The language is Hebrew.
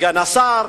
וסגן השר,